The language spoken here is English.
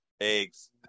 eggs